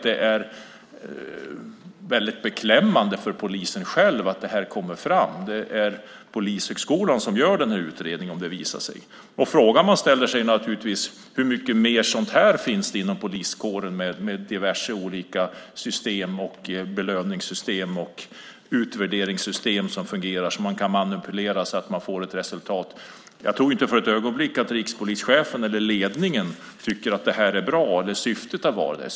Det är väldigt beklämmande för polisen själv att det här kommer fram. Det är Polishögskolan som gör den här utredningen. Frågan man ställer sig är naturligtvis: Hur mycket mer sådant här finns det inom poliskåren med diverse olika system, belöningssystem och utvärderingssystem som fungerar så att man kan manipulera så att man får ett resultat? Jag tror inte för ett ögonblick att rikspolischefen eller ledningen tycker att det här är bra eller att syftet har varit det.